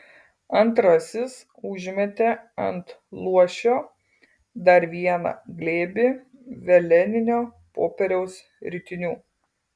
antrasis užmetė ant luošio dar vieną glėbį veleninio popieriaus ritinių